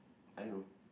I don't know